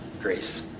grace